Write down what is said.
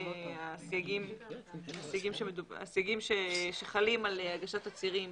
הסייגים שחלים על הגשת תצהירים